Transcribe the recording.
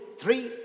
three